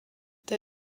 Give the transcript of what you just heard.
der